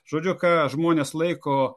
žodžiu ką žmonės laiko